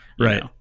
right